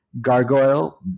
gargoyle